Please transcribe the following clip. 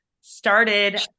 started